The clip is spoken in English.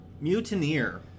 Mutineer